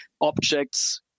objects